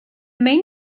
main